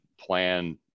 plan